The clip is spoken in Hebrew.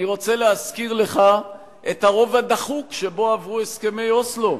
אני רוצה להזכיר לך את הרוב הדחוק שבו עברו הסכמי אוסלו,